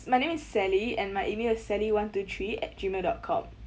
my name is sally and my email is sally one two three at gmail dot com